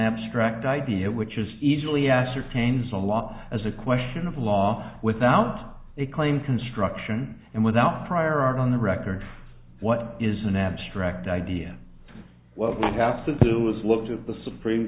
abstract idea which is easily ascertained from law as a question of law without a claim construction and without prior art on the record what is an abstract idea what we have to do is look to the supreme